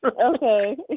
Okay